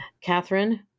Catherine